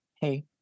Hey